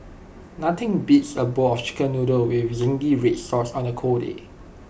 nothing beats A bowl of chicken noodle with Zingy Red Sauce on A cold day